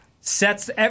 sets